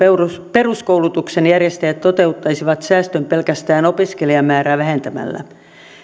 peruskoulutuksen järjestäjät toteuttaisivat säästön pelkästään opiskelijamäärää vähentämällä